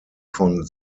von